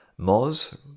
MOZ